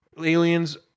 Aliens